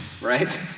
right